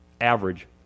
average